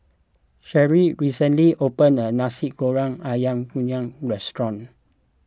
Sherie recently opened a Nasi Goreng Ayam Kunyit restaurant